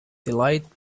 delighted